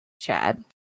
Chad